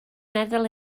meddwl